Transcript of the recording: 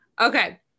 Okay